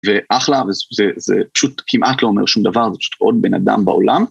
ואחלה, זה פשוט כמעט לא אומר שום דבר, זה פשוט עוד בן אדם בעולם...